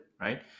right